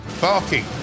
barking